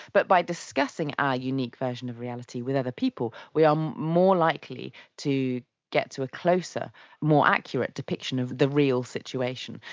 but by discussing our unique version of reality with other people, we are um more likely to get to a closer more accurate depiction of the real situation.